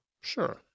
Sure